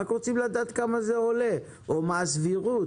רק רוצים לדעת כמה זה עולה או מה הסבירות.